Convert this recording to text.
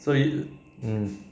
所以 mm